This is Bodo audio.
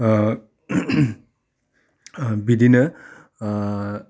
बिदिनो